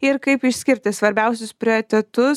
ir kaip išskirti svarbiausius prioritetus